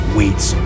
waits